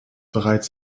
bereits